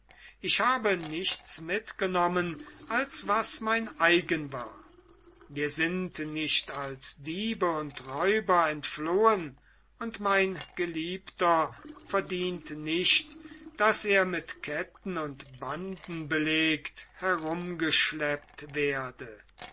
ich habe nichts mitgenommen als was mein eigen war wir sind nicht als diebe und räuber entflohen und mein geliebter verdient nicht daß er mit ketten und banden belegt herumgeschleppt werde